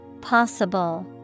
Possible